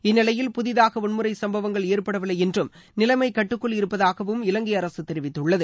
இந்நிலையில் புதிதாக வன்முறை சம்பவங்கள் ஏற்படவில்லை என்றும் நிலைமை கட்டுக்குள் இருப்பதாகவும் இலங்கை அரசு தெரிவித்துள்ளது